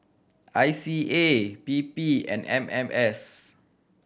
I C A P P and M M S